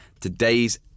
Today's